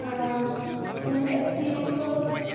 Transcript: آ تُہٕنٛز ایٚکٕسپیٖریَنٕس کۭژاہ چھِ